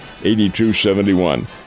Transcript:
82-71